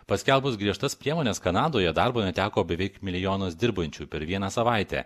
paskelbus griežtas priemones kanadoje darbo neteko beveik milijonas dirbančių per vieną savaitę